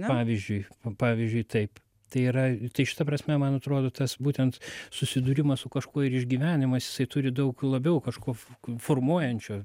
pavyzdžiui pavyzdžiui taip tai yra tai šita prasme man atrodo tas būtent susidūrimas su kažkuo ir išgyvenimas jisai turi daug labiau kažko formuojančio